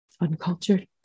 Uncultured